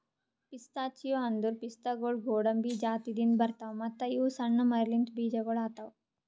pistachio ಅಂದುರ್ ಪಿಸ್ತಾಗೊಳ್ ಗೋಡಂಬಿ ಜಾತಿದಿಂದ್ ಬರ್ತಾವ್ ಮತ್ತ ಇವು ಸಣ್ಣ ಮರಲಿಂತ್ ಬೀಜಗೊಳ್ ಆತವ್